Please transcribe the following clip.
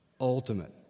ultimate